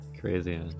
Crazy